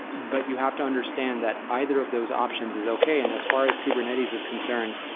but you have to understand that either of those options is okay. and as far as kubernetes is concerned,